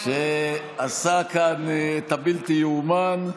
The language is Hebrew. שעשה כאן את הבלתי-יאומן.